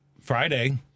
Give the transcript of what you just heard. friday